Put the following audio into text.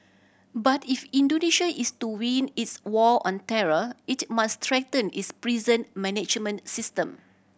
but if Indonesia is to win its war on terror it must strengthen its prison management system